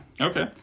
Okay